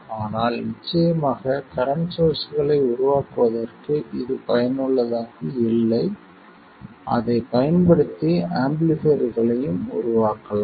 ஆனால் நிச்சயமாக கரண்ட் சோர்ஸ்களை உருவாக்குவதற்கு இது பயனுள்ளதாக இல்லை அதைப் பயன்படுத்தி ஆம்பிளிஃபைர்களையும் உருவாக்கலாம்